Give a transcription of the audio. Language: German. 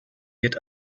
wird